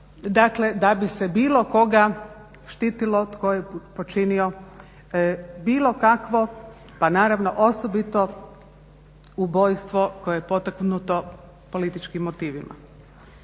dakle da bi se bilo koga štitilo da je počinio bilo kakvo pa naravno osobito ubojstvo koje je potaknuto političkim motivima.